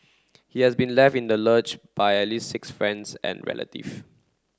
he has been left in the lurch by at least six friends and relative